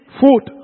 food